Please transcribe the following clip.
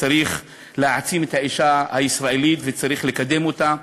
וצריך להעצים את האישה הישראלית וצריך לקדם אותה,